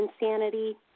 insanity